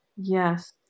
Yes